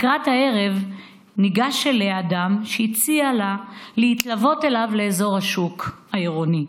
לקראת הערב ניגש אליה אדם שהציע לה להתלוות אליו לאזור השוק העירוני,